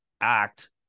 act